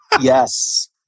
Yes